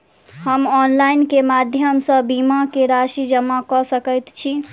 हम ऑनलाइन केँ माध्यम सँ बीमा केँ राशि जमा कऽ सकैत छी?